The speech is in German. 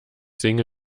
singe